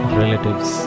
relatives